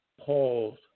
Paul's